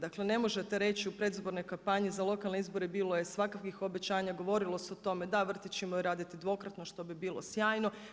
Dakle, ne možete reći u predizbornoj kampanji za lokalne izbore bilo je svakakvih obećanja, govorilo se o tome da vrtići imaju raditi dvokratno što bi bilo sjajno.